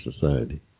society